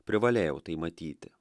privalėjau tai matyti